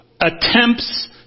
attempts